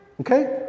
Okay